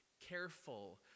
careful